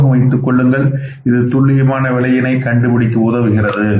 ஞாபகம் வைத்து கொள்ளுங்கள் இது துல்லியமான விலையினை கண்டுபிடிக்க உதவுகிறது